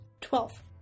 Twelve